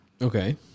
Okay